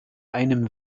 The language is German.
einem